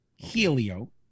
Helio